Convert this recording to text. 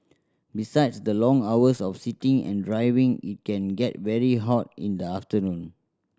besides the long hours of sitting and driving it can get very hot in the afternoon